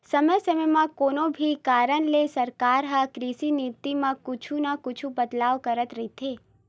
समे समे म कोनो भी कारन ले सरकार ह कृषि नीति म कुछु न कुछु बदलाव करत रहिथे